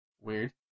weird